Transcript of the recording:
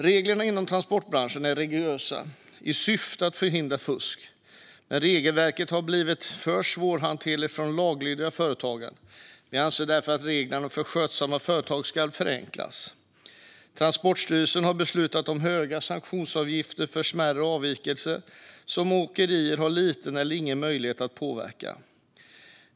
Reglerna inom transportbranschen är rigorösa i syfte att förhindra fusk, men regelverket har blivit för svårhanterligt för de laglydiga företagen. Vi anser därför att reglerna för skötsamma företag ska förenklas. Transportstyrelsen har beslutat om höga sanktionsavgifter för smärre avvikelser, som åkerierna har liten eller ingen möjlighet att påverka.